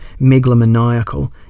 megalomaniacal